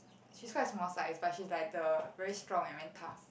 she's quite small size but she's like the very strong and very tough